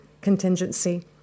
contingency